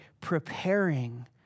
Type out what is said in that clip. preparing